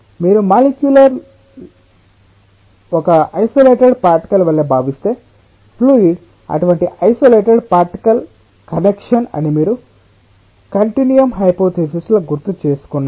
మీరు మాలిక్యుల్ ని ఒక ఇసొలేటడ్ పార్టికల్ వలె భావిస్తే ఫ్లూయిడ్ అటువంటి ఇసొలేటడ్ పార్టికల్ కనెక్ట్షన్ అని మీరు కంటిన్యూయం హైపోతెసిస్ లో గుర్తుచేసుకున్నారు